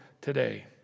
today